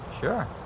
Sure